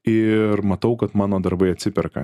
ir matau kad mano darbai atsiperka